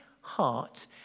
heart